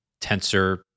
Tensor